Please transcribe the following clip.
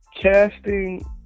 casting